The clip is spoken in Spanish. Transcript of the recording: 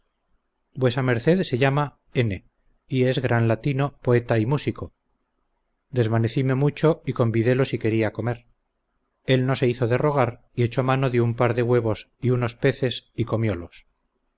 vuesa merced se llama n y es gran latino poeta y músico desvanecime mucho y convidélo si quería comer él no se hizo de rogar y echó mano de un par de huevos y unos peces y comiolos yo